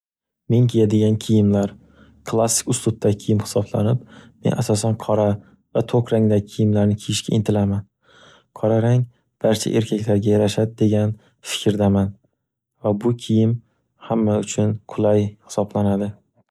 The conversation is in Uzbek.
Men kiyadigan kiyimlar, klassik uslubdagi kiyim hisoblanib, men asosan qora va to'k rangdagi kiyimlarni kiyishga intilaman. Qora rang barcha erkaklarga yarashadi degan fikrdaman va bu kiyim hamma uchun qulay hisoblanadi.